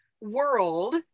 world